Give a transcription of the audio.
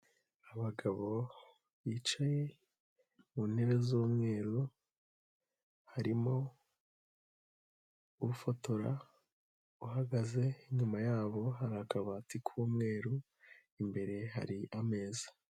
Abagabo bicaye mu ntebe z'umweru harimo ufotora uhagaze, inyuma yabo hari akabati k'umweru imbere hari ameza.